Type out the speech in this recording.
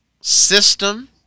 system